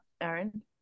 Aaron